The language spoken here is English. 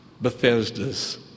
Bethesda's